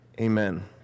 Amen